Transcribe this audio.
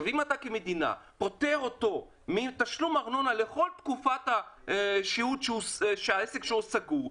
אם אתה כמדינה פוטר אותו מתשלום ארנונה לכל תקופת השהות שהעסק סגור,